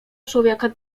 człowieka